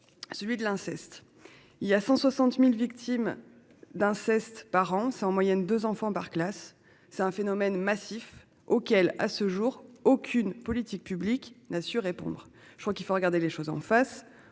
Celui de l'inceste. Il y a 160.000 victimes d'inceste par an ça en moyenne 2 enfants par classe. C'est un phénomène massif auquel à ce jour aucune politique publique n'a su répondre. Je crois qu'il faut regarder les choses en face,